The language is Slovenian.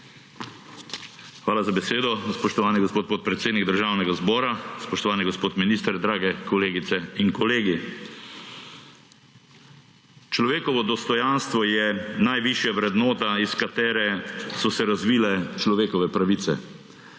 Hvala za besedo, spoštovani gospod podpredsednik Državnega zbora. Spoštovani gospod minister, dragi kolegice in kolegi! Človekovo dostojanstvo je najvišja vrednota, iz katere so se razvile človekove pravice.